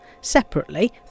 Separately